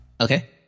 Okay